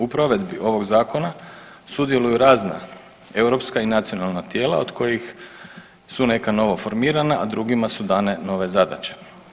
U provedbi ovog zakona sudjeluju razna europska i nacionalna tijela od kojih su neka novo formirana, a drugima su dane nove zadaće.